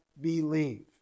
believe